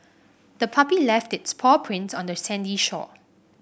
the puppy left its paw prints on the sandy shore